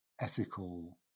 ethical